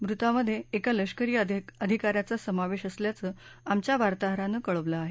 मृतांमध्ये एका लष्करी अधिकाऱ्याचा समावेश असल्याचं आमच्या वार्ताहरानं कळवलं आहे